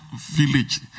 village